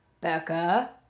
Becca